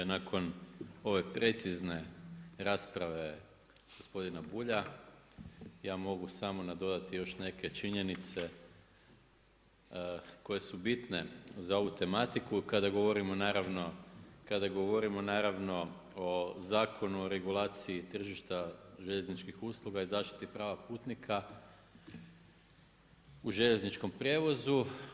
Nakon ove precizne rasprave gospodina Bulja, ja mogu samo nadodati još neke činjenice koje su bitne za ovu tematiku kada govorimo naravno o Zakonu o regulaciji tržišta željezničkih usluga i zaštiti prava putnika u željezničkom prijevozu.